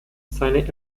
seine